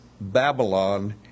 Babylon